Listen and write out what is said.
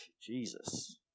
Jesus